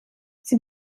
sie